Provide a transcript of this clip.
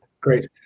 Great